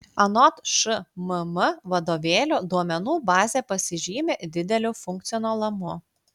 anot šmm vadovėlių duomenų bazė pasižymi dideliu funkcionalumu